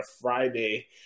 Friday